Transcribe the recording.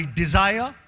desire